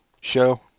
show